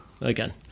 Again